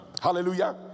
Hallelujah